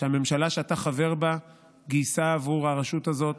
והממשלה שאתה חבר בה גייסה עבור הרשות הזאת